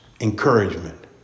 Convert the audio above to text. encouragement